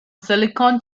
silicon